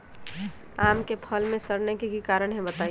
आम क फल म सरने कि कारण हई बताई?